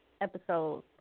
episodes